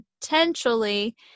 potentially